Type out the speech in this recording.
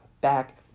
back